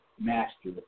Master